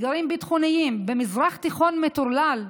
אתגרים ביטחוניים במזרח תיכון מטורלל,